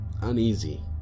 uneasy